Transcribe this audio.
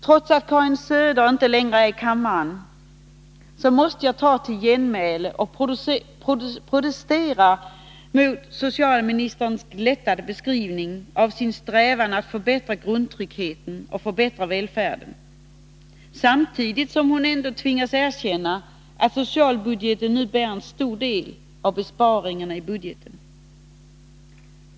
Trots att Karin Söder inte längre är i kammaren måste jag komma med ett genmäle och protestera mot socialministerns glättade beskrivning av sin strävan att förbättra grundtryggheten och förbättra välfärden, samtidigt som hon ändå tvingades erkänna att socialbudgeten nu bär en stor del av besparingarna i budgeten.